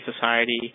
Society